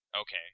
Okay